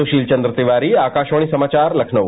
सुशील चन्द्र तिवारी आकाशवाणी समाचार लखनऊ